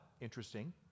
interesting